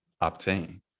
obtain